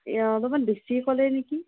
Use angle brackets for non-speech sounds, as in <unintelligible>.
<unintelligible> অলপমান বেছিয়ে ক'লে নেকি